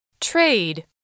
Trade